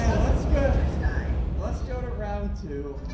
ah let's go die. let's go to round two